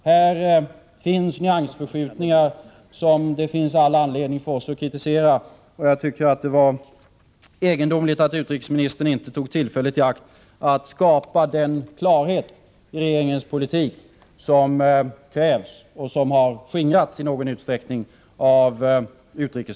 Här finns nyansförskjutningar som vi har all anledning att kritisera. Det var egendomligt att utrikesministern inte tog tillfället i akt att skapa den klarhet i regeringens politik som krävs.